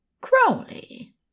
Crowley